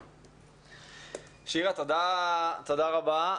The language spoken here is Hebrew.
שירה, תודה רבה.